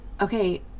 okay